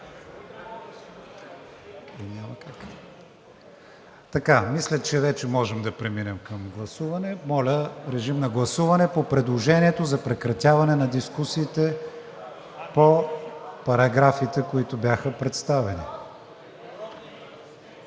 Мисля, че вече може да преминем към гласуване. Моля, режим на гласуване по предложението за прекратяване на дискусиите по параграфите, които бяха представени.